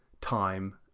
time